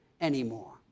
anymore